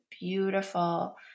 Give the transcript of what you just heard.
beautiful